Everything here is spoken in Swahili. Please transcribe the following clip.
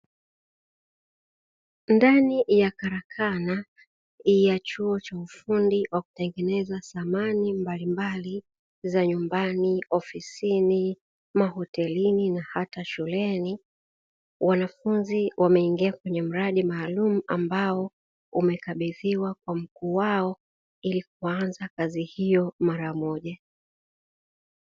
Ndani ya karakana ya chuo cha ufundi wa kutengeneza samani mbalimbali za nyumbani, ofisini, mahotelini na hata shuleni, wanafunzi wameingia kwenye mradi maalum ambao umekabidhiwa kwa MKINI wao ili kuanza kazi hiyo mara moja.